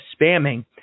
spamming